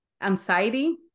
anxiety